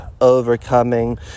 overcoming